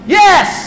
yes